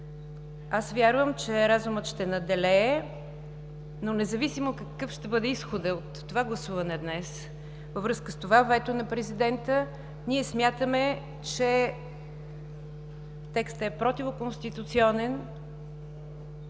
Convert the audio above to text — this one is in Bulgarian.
Аз вярвам, че разумът ще надделее, но независимо какъв ще бъде изходът от това гласуване днес, във връзка с това вето на Президента, ние смятаме, че текстът е противоконституционен,